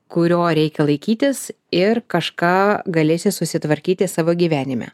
kurio reikia laikytis ir kažką galėsi susitvarkyti savo gyvenime